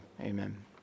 amen